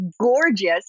gorgeous